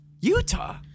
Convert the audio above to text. Utah